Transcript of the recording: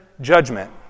judgment